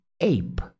ape